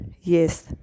yes